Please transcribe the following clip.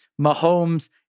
Mahomes